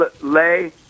lay